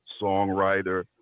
songwriter